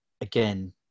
again